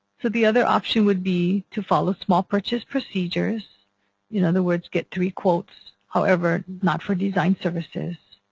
so the other option would be to follow small purchase procedures in other words, get three quotes, however not for design services.